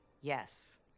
Yes